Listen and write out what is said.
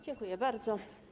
Dziękuję bardzo.